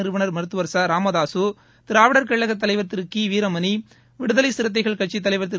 நிறுவனர் மருத்துவர் ச ராமதாசு திராவிடர் கழக தலைவர் திரு கி வீரமணி விடுதலை சிறுத்தைகள் கட்சித் தலைவர் திரு